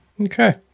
Okay